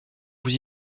vous